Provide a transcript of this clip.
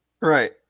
Right